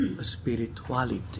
spirituality